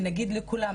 שנגיד לכולם,